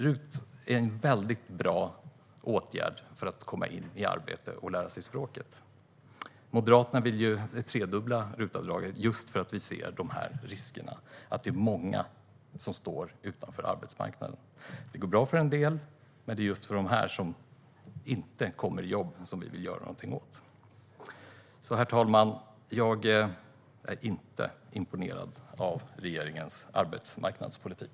RUT är en väldigt bra åtgärd för att människor ska komma in i arbete och lära sig språket. Moderaterna vill tredubbla RUT-avdraget just för att vi ser riskerna med att det är många som står utanför arbetsmarknaden. Det går bra för en del. Men det är för dem som inte kommer i jobb som vi vill göra någonting. Herr talman! Jag är inte imponerad av regeringens arbetsmarknadspolitik.